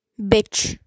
bitch